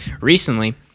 recently